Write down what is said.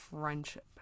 friendship